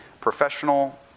professional